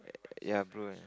ya blue